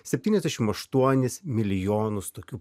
septyniasdešimt aštuonis milijonus tokių